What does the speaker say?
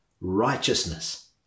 righteousness